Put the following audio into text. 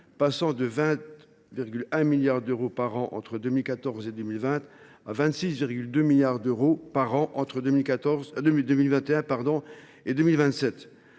passant de 20,1 milliards d’euros par an entre 2014 et 2020 à 26,2 milliards d’euros par an entre 2021 et 2027.